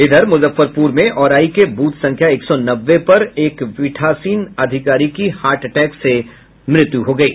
उधर मज़ुफ्फरपुर में भी औराई के ब्रथ संख्या एक सौ नब्बे पर एक पीठासीन अधिकारी की हार्ट अटैक से मौत हो गयी